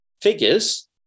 figures